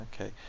okay